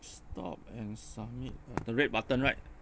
stop and submit uh the red button right